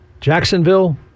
Jacksonville